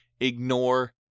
ignore